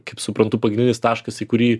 kaip suprantu pagrindinis taškas į kurį